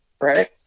right